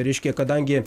reiškia kadangi